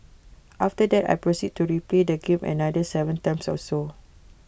after that I proceeded to replay the game another Seven times or so